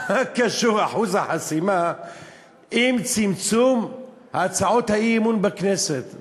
מה קשור אחוז החסימה עם צמצום הצעות האי-אמון בכנסת?